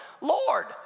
Lord